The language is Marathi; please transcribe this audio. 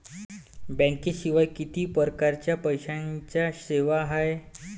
बँकेशिवाय किती परकारच्या पैशांच्या सेवा हाय?